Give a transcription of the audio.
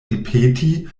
ripeti